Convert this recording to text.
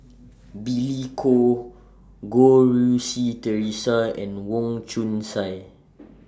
Billy Koh Goh Rui Si Theresa and Wong Chong Sai